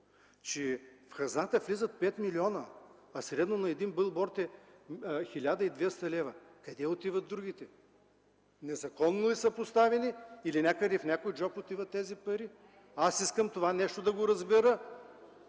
– в хазната влизат 5 милиона, а средно на един билборд е 1200 лв. Къде отиват другите? Незаконно ли са поставени, или някъде, в някой джоб отиват тези пари? Искам да разбера